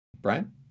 Brian